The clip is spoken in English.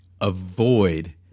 avoid